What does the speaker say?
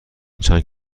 چند